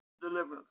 Deliverance